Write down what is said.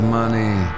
money